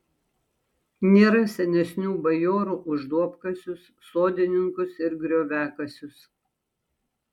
nėra senesnių bajorų už duobkasius sodininkus ir grioviakasius